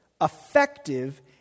effective